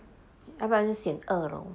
要不然就选二楼